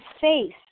face